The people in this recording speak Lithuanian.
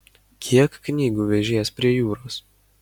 kiek knygų vežies prie jūros